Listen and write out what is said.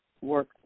work